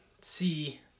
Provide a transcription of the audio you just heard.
see